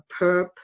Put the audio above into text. perp